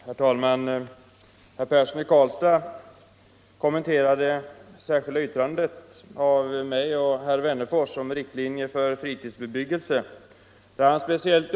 Herr talman! Det särskilda yttrandet av mig och herr Wennerfors, yttrande nr 2 till civilutskottets betänkande nr 1, om riktlinjer för fritidsbebyggelse kommenterades av herr Persson i Karlstad.